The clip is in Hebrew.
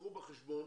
קחו בחשבון